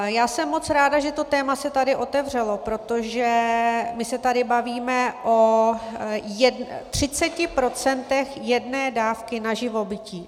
Já jsem moc ráda, že to téma se tady otevřelo, protože my se tady bavíme o 30 % jedné dávky na živobytí.